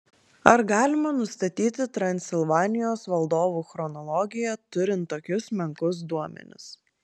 ar galima nustatyti transilvanijos valdovų chronologiją turint tokius menkus duomenis